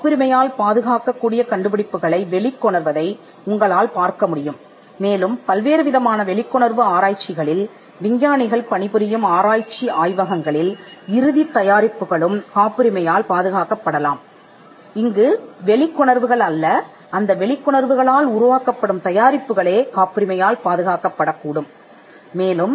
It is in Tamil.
காப்புரிமை பெறக்கூடிய கண்டுபிடிப்புகளுடன் வெளிவரும் அறிவு அடிப்படையிலான தொடக்கங்களை நீங்கள் காணலாம் மேலும் பல்வேறு கண்டுபிடிப்புகளில் விஞ்ஞானிகள் பணிபுரியும் ஆராய்ச்சி ஆய்வகங்களும் கண்டுபிடிப்புகள் அல்ல ஆனால் அவற்றின் கண்டுபிடிப்புகளிலிருந்து வெளிப்படும் தயாரிப்புகள் காப்புரிமை பெறலாம்